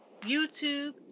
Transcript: YouTube